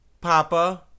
Papa